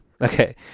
okay